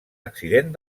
accident